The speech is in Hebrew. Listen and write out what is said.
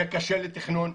זה קשה לתכנון,